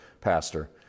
pastor